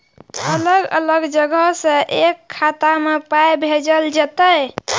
अलग अलग जगह से एक खाता मे पाय भैजल जेततै?